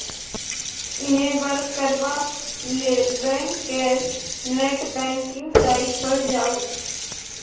enable करबा लेल bank केर नेट बैंकिंग साइट पर जाउ